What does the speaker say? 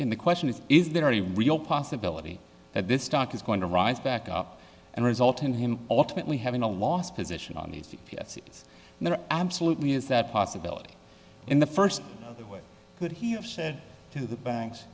in the question is is there any real possibility that this stock is going to rise back up and result in him ultimately having a lost position on the c p s is there absolutely is that possibility in the first way could he have said to the banks